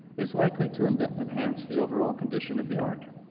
is likely to and enhance the overall condition of the art,